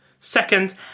Second